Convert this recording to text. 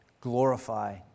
glorify